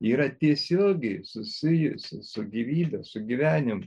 yra tiesiogiai susijusi su gyvybe su gyvenimu